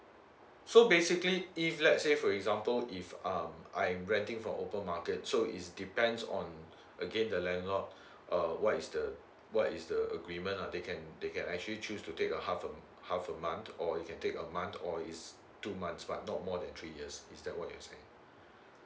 so basically if let's say for example if um I'm renting from open market so it's depends on again the landlord uh what is the what is the agreement lah they can they can actually choose to take a half a half a month or you can take a month or is two months but not more than three years is that what you're saying